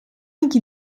iki